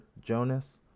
Jonas